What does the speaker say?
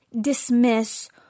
dismiss